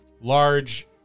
large